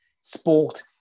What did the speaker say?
sport